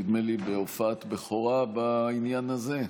נדמה לי בהופעת בכורה בעניין הזה,